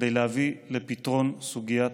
כדי להביא לפתרון סוגית